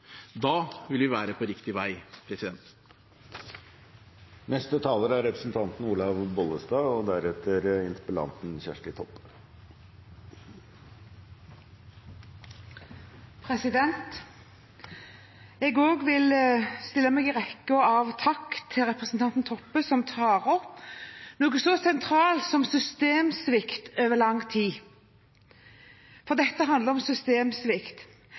Da vil vi være på riktig vei. Jeg vil også stille meg i rekken av dem som takker representanten Toppe, som tar opp noe så sentralt som systemsvikt over lang tid. For dette handler om systemsvikt.